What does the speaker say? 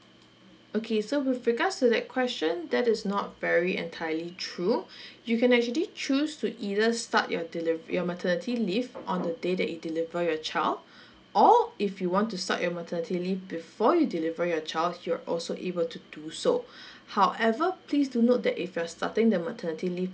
okay so with regards to that question that is not very entirely true you can actually choose to either start your delivery your maternity leave on the day that you deliver your child or if you want to start your maternity leave before you deliver your child you're also able to do so however please do note that if you're starting the maternity leave